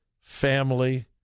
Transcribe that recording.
Family